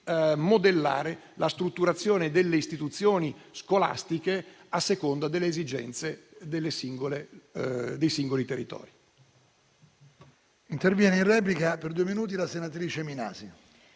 modellare la strutturazione delle istituzioni scolastiche a seconda delle esigenze dei singoli territori.